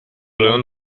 learn